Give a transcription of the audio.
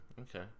okay